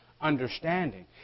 understanding